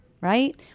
right